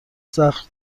زخم